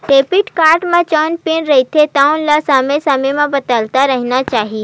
debit card म जउन pin रहिथे तउन ल समे समे म बदलत रहिना चाही